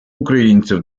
українців